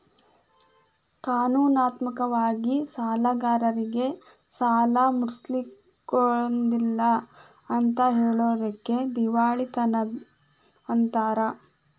ಕಾನೂನಾತ್ಮಕ ವಾಗಿ ಸಾಲ್ಗಾರ್ರೇಗೆ ಸಾಲಾ ಮುಟ್ಟ್ಸ್ಲಿಕ್ಕಗೊದಿಲ್ಲಾ ಅಂತ್ ಹೆಳೊದಕ್ಕ ದಿವಾಳಿತನ ಅಂತಾರ